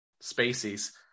species